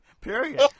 Period